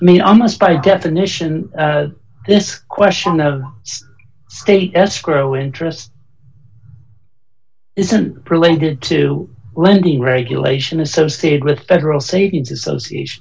mean almost by definition this question of state escrow interest isn't related to lending regulation associated with federal